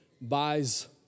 buys